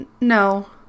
No